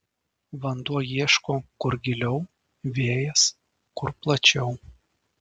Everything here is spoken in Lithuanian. vanduo ieško kur giliau vėjas kur plačiau